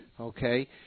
Okay